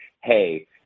hey